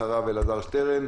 אחריו אלעזר שטרן,